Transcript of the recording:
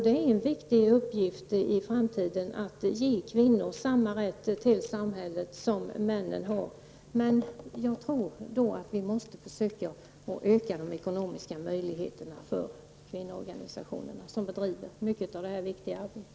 Det är en viktig uppgift i framtiden att ge kvinnan samma rätt till samhället som mannen har. Jag tror att det krävs att vi måste försöka öka de ekonomiska möjligheterna i kvinnoorganisationerna, som bedriver mycket av det här viktiga arbetet.